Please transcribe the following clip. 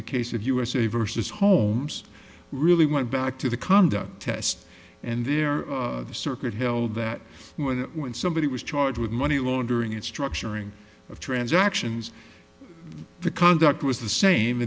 the case of usa versus holmes really went back to the conduct test and there the circuit held that when somebody was charged with money laundering it structuring of transactions the conduct was the same